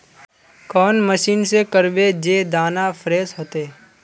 कौन मशीन से करबे जे दाना फ्रेस होते?